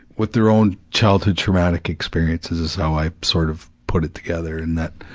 with their own childhood traumatic experiences is how i sort of put it together and that,